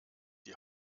die